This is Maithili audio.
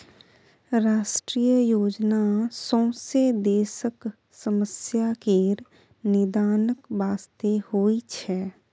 राष्ट्रीय योजना सौंसे देशक समस्या केर निदानक बास्ते होइ छै